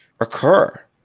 occur